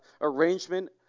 arrangement